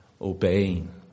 obeying